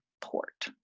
port